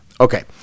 Okay